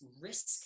risk